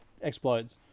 explodes